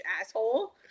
asshole